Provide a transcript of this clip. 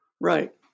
Right